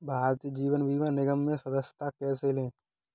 भारतीय जीवन बीमा निगम में सदस्यता कैसे लें?